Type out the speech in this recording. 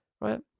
right